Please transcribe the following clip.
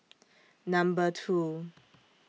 Number two